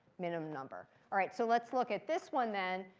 minimum number. all right, so let's look at this one then.